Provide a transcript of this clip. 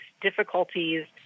difficulties